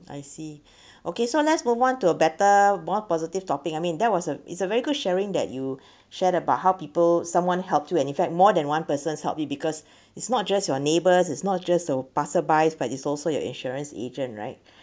I see okay so let's move on to a better more positive topic I mean there was a it's a very good sharing that you shared about how people someone helped you and in fact more than one persons helped you because it's not just your neighbours it's not just a passer-by but it's also your insurance agent right